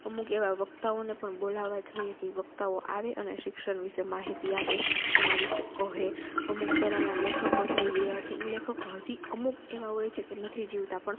અમુક એવા વક્તાઓને પણ બોલાવવા જોઈએ કે એ વક્તાઓ આવે અને શિક્ષણ વિષે માહિતી આપે એના વિષે કહે અમુક પહેલાંના લેખકો થઈ ગયા છે એ લેખકો હજી અમુક એવા હોય છે કે નથી જીવતા પણ